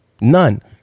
none